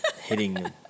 hitting